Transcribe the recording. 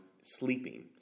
sleeping